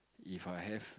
If I have